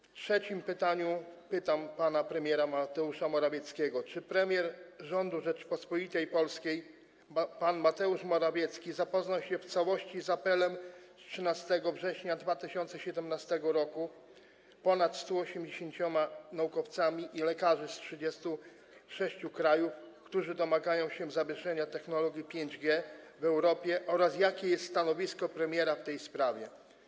W trzecim pytaniu pytam pana premiera Mateusza Morawieckiego: Czy premier rządu Rzeczypospolitej Polskiej pan Mateusz Morawiecki zapoznał się w całości z apelem z 13 września 2017 r. ponad 180 naukowców i lekarzy z 36 krajów, którzy domagali się zawieszenia technologii 5G w Europie, oraz jakie jest stanowisko premiera w tej sprawie?